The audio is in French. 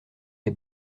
des